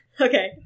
Okay